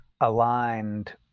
aligned